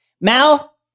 Mal